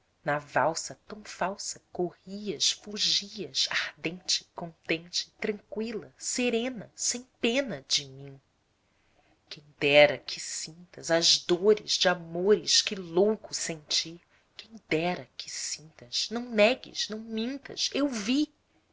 na valsa tão falsa corrias fugias ardente contente tranqüila serena sem pena de mim quem dera que sintas as dores de amores que louco senti quem dera que sintas não negues não mintas eu vi